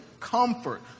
Comfort